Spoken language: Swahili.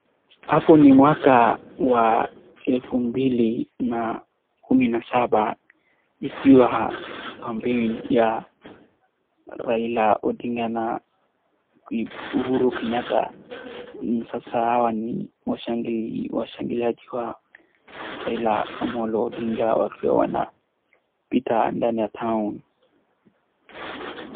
Hapo ni mwaka wa elfu mbili kumi na saba, ikiwa kampeni ya Raila Odinga na Uhuru Kenyatta, sasa hawa ni washangiliaji wa Raila Amolo Odinga wakiwa wanapita ndani ya town .